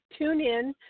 TuneIn